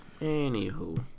Anywho